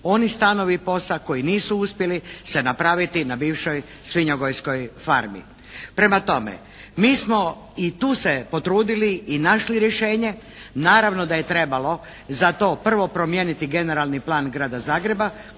oni stanovi POS-a koji nisu uspjeli se napraviti na bivšoj svinjogojskoj farmi. Prema tome, mi smo i tu se potrudili i našli rješenje. Naravno da je trebalo za to prvo promijeniti generalni plan Grada Zagreba